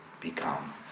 become